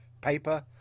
paper